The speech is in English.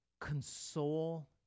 console